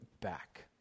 back